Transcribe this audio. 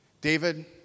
David